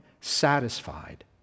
satisfied